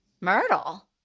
Myrtle